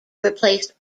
replaced